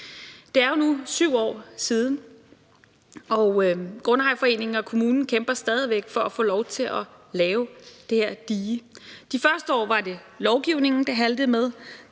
Det er jo nu 7 år siden, og grundejerforeningen og kommunen kæmper stadig væk for at få lov til at lave det her dige. De første år var det lovgivningen, der haltede.